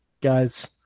guys